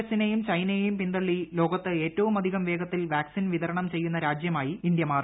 S നെയും ചൈനയെയും പിന്തള്ളി ലോകത്ത് ഏറ്റവുമ്ധികം വേഗത്തിൽ വാക്സിൻ വിതരണം ചെയ്യുന്ന രാജ്യമായി ഇന്ത്യ മാറി